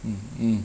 mm mm